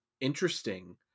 interesting